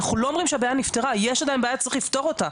אנחנו לא אומרים שהבעיה נפתרה יש עדיין בעיה ואנחנו צריכים לפתור אותה,